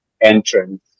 entrance